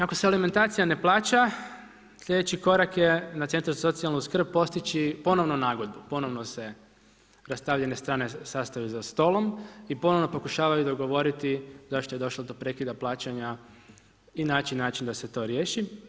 Ako se alimentacija ne plaća, slijedeći korak je na centru za socijalnu skrb postići ponovno nagodbu, ponovno se rastavljene strane sastaju za stolom i ponovno pokušavaju dogovoriti zašto je došlo do prekida plaćanja i naći način da se to riješi.